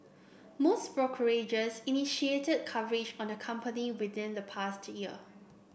most brokerages initiated coverage on the company within the past year